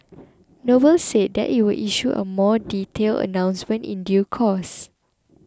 noble said that it will issue a more detailed announcement in due course